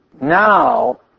Now